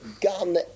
gun